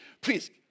Please